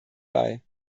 bei